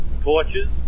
torches